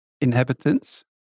inhabitants